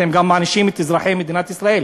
אתם גם מענישים את אזרחי מדינת ישראל.